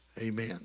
Amen